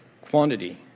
quantity